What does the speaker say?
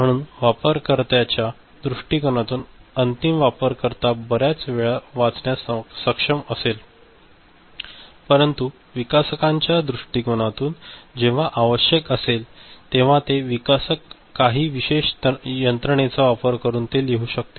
म्हणून वापरकर्त्याच्या दृष्टीकोनातून अंतिम वापरकर्ता बर्याच वेळा वाचण्यास सक्षम असेल परंतु विकासकांच्या दृष्टिकोनातून जेव्हा आवश्यक असेल तेव्हा ते विकसक काही विशेष यंत्रणेचा वापर करून ते लिहू शकतील